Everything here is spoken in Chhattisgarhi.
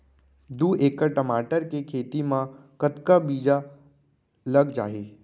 दू एकड़ टमाटर के खेती मा कतका बीजा लग जाही?